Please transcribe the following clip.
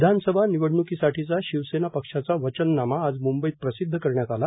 विधानसभा निवडण्कीसाठीचा शिवसेना पक्षाचा वचननामा आज मुंबईत प्रसिध्द करण्यात आला